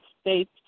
state's